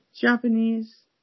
Japanese